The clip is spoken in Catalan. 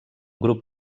grup